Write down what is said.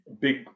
big